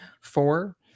Four